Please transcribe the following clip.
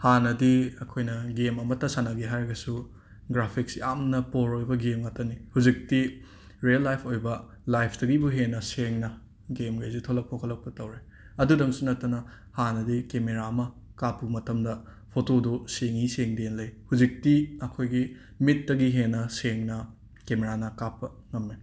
ꯍꯥꯟꯅꯗꯤ ꯑꯩꯈꯣꯏꯅ ꯒꯦꯝ ꯑꯃꯇ ꯁꯥꯟꯅꯒꯦ ꯍꯥꯏꯔꯒꯁꯨ ꯒ꯭ꯔꯥꯐꯤꯛꯁ ꯌꯥꯝꯅ ꯄꯣꯔ ꯑꯣꯏꯕ ꯒꯦꯝ ꯉꯥꯛꯇꯅꯤ ꯍꯧꯖꯤꯛꯇꯤ ꯔꯦꯜ ꯂꯥꯏꯐ ꯑꯣꯏꯕ ꯂꯥꯏꯐꯇꯒꯤꯕꯨ ꯍꯦꯟꯅ ꯁꯦꯡꯅ ꯒꯦꯝꯈꯩꯁꯦ ꯊꯣꯛꯂꯛꯄ ꯈꯣꯠꯂꯛꯄ ꯇꯧꯔꯦ ꯑꯗꯨꯇꯪꯁꯨ ꯅꯠꯇꯅ ꯍꯥꯟꯅꯗꯤ ꯀꯦꯃꯦꯔꯥ ꯑꯃ ꯀꯥꯞꯞꯨ ꯃꯇꯝꯗ ꯐꯣꯇꯣꯗꯣ ꯁꯦꯡꯉꯤ ꯁꯦꯡꯗꯦ ꯂꯩ ꯍꯧꯖꯤꯛꯇꯤ ꯑꯩꯈꯣꯏꯒꯤ ꯃꯤꯠꯇꯒꯤ ꯍꯦꯟꯅ ꯁꯦꯡꯅ ꯀꯦꯃꯦꯔꯥꯅ ꯀꯥꯞꯄ ꯉꯝꯃꯦ